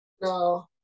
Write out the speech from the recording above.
no